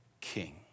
king